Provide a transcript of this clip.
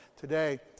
today